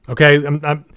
Okay